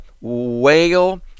whale